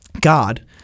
God